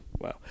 wow